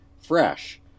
fresh